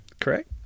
correct